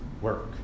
work